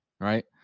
right